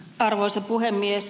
arvoisa puhemies